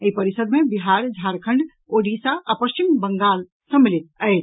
एहि परिषद् मे बिहार झारखंड ओडिशा आ पश्चिम बंगाल सम्मिलित अछि